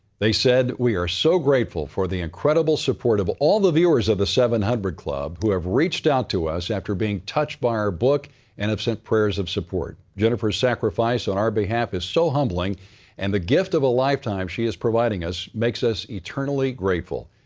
they said, we are so grateful for the incredible support of all the viewers of the seven hundred club who have reached out to us after being touched by our book and have sent prayers of support. jennifer's sacrifice on our behalf is so humbling and the gift of a lifetime she is providing us makes us eternally grateful.